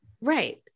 Right